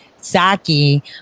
Saki